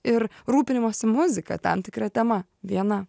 ir rūpinimosi muzika tam tikra tema viena